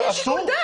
אסור.